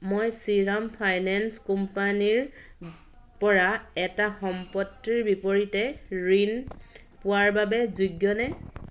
মই শ্ৰীৰাম ফাইনেন্স কোম্পানীৰ পৰা এটা সম্পত্তিৰ বিপৰীতে ঋণ পোৱাৰ বাবে যোগ্যনে